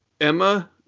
Emma